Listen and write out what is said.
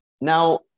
Now